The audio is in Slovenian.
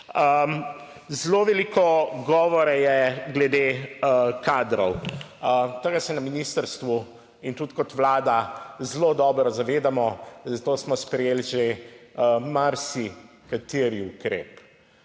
Zelo veliko govora je glede kadrov, tega se na ministrstvu in tudi kot vlada zelo dobro zavedamo, zato smo sprejeli že marsikateri ukrep